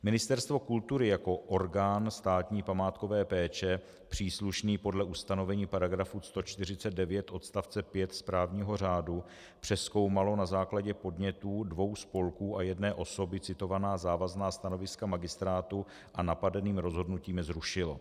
Ministerstvo kultury jako orgán státní památkové péče příslušný podle ustanovení § 149 odst. 5 správního řádu přezkoumalo na základě podnětů dvou spolků a jedné osoby citovaná závazná stanoviska magistrátu a napadeným rozhodnutím je zrušilo.